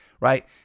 right